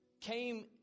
came